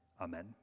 Amen